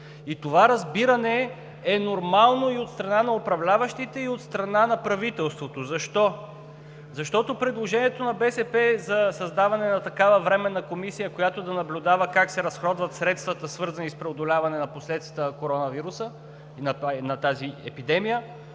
И това разбиране е нормално и от страна на управляващите, и от страна на правителството! Защо? Защото предложението на БСП за създаване на такава временна комисия, която да наблюдава как се разходват средствата, свързани с преодоляване на последствията от коронавируса и от тази епидемия,